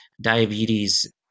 diabetes